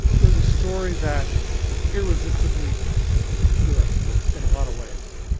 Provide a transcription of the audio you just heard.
it was a story that was irresistibly good in a lot of ways.